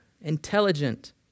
intelligent